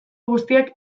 guztiak